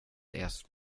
erst